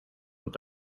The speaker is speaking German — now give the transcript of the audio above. und